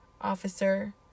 officer